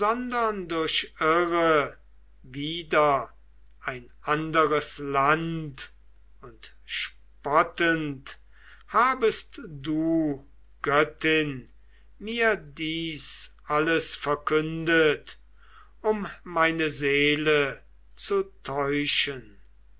wieder ein anderes land und spottend habest du göttin mir dies alles verkündet um meine seele zu täuschen